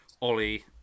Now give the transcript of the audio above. Ollie